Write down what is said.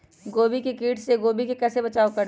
गोभी के किट से गोभी का कैसे बचाव करें?